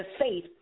faith